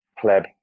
Pleb